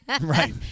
Right